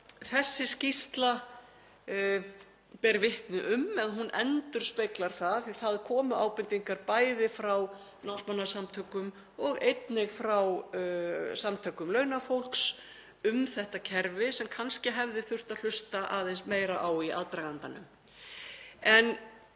þessi skýrsla ber vitni um eða hún endurspeglar það, því að það komu ábendingar, bæði frá námsmannasamtökum og einnig frá samtökum launafólks, um þetta kerfi sem kannski hefði þurft að hlusta aðeins meira á í aðdragandanum.